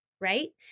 right